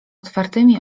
otwartymi